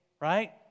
right